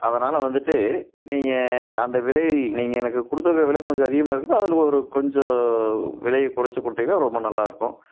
அதனால் வந்துட்டு நீங்கள் அந்த விலைகள் நீங்கள் எனக்கு கொடுத்துருக்குற விலை கொஞ்சம் அதிகமாக இருக்குது அதில் ஒரு கொஞ்சம் விலையை குறைச்சு கொடுத்தீங்கன்னா ரொம்ப நல்லா இருக்கும்